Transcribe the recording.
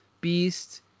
beast